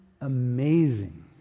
amazing